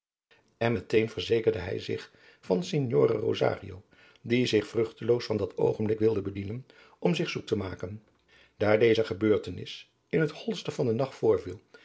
met een verzekerde hij zich van signore rosario die zich vruchteloos van dat oogenblik wilde bedienen om zich zoek te maken daar deze gebeurtenis in het holste van den nacht voorviel